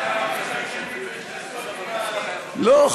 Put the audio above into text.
לא,